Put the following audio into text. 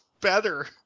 better